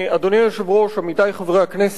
אדוני היושב-ראש, עמיתי חברי הכנסת,